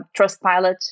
Trustpilot